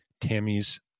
Tammy's